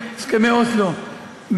הסכמי אוסלו,